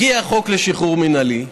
הגיע החוק לשחרור מינהלי,